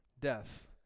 Death